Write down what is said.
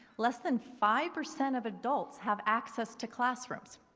less than five percent of adults have access to classrooms.